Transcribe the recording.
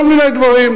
כל מיני דברים,